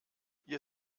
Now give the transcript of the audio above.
ihr